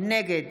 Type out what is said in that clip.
נגד